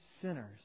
sinners